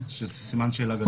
זה סימן שאלה גדול.